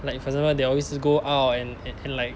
like for example they always go out and and and like